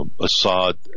Assad